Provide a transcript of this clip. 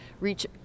reach